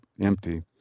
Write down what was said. empty